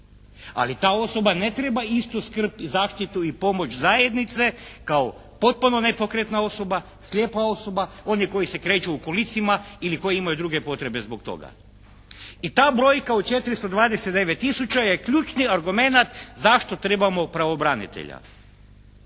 Ali ta osoba ne treba istu skrb i zaštitu i pomoć zajednice kao potpuno nepokretna osoba, slijepa osoba, oni koji se kreću u kolicima ili koji imaju druge potrebe zbog toga. I ta brojka od 429000 je ključni argumenat zašto trebamo pravobranitelja.